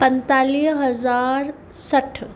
पंतालीह हज़ार सठि